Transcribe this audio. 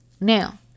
Now